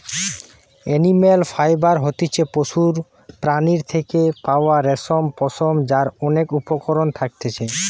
animal fibre হতিছে পশুর প্রাণীর থেকে পাওয়া রেশম, পশম যার অনেক উপকরণ থাকতিছে